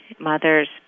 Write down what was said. mothers